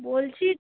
বলছি